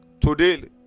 today